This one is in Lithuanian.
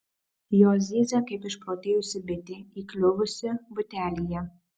jos zyzia kaip išprotėjusi bitė įkliuvusi butelyje